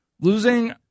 Losing